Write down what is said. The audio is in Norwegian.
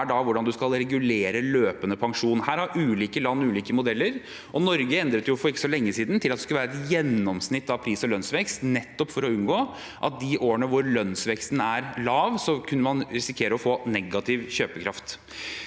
er hvordan man skal regulere løpende pensjon. Her har ulike land ulike modeller, og Norge endret for ikke så lenge siden til at det skulle være et gjennomsnitt av pris- og lønnsvekst, nettopp for å unngå at man de årene lønnsveksten var lav, kunne risikere å få negativ kjøpekraft.